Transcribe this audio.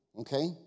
okay